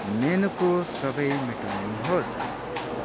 मेनुको सबै मेटाउनुहोस्